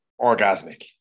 orgasmic